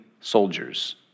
soldiers